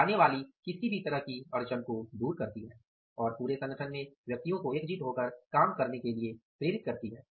और आने वाली किसी भी तरह की अड़चन को दूर करती है और पूरे संगठन में व्यक्तियों को एकजुट होकर काम करने के लिए प्रेरित करती है